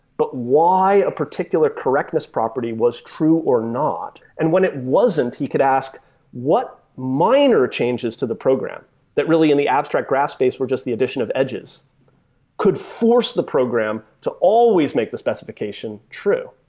but why a particular correctness property was true or not. and when it wasn't, he could ask what minor changes to the program that really in the abstract graph base were just the addition of edges could force the program to always make the specification true?